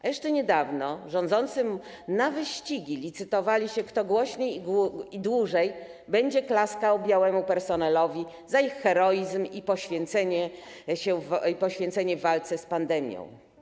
A jeszcze niedawno rządzący na wyścigi licytowali się, kto głośniej i dłużej będzie klaskał białemu personelowi za jego heroizm i poświęcenie w walce z pandemią.